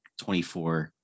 24